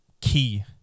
key